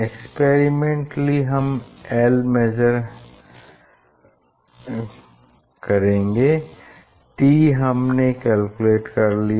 experimentally हमने l measure कर लिया है t हमने कैलकुलेट कर लिया